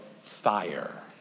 fire